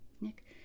Nick